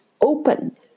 open